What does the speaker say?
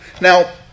Now